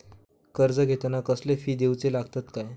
कर्ज घेताना कसले फी दिऊचे लागतत काय?